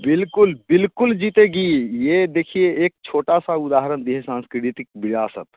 बिल्कुल बिल्कुल जीतेगी ये देखिए एक छोटा सा उदाहरण दिए सांस्कृतिक विरासत